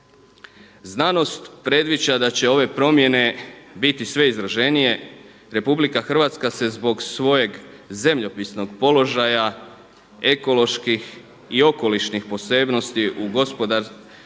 Znanost predviđa da će ove promjene biti sve izraženije, RH se zbog svojeg zemljopisnog položaja, ekoloških i okolišnih posebnosti u gospodarske